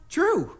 True